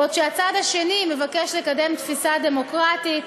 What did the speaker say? בעוד הצד השני מבקש לקדם תפיסה דמוקרטית,